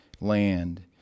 land